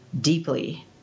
deeply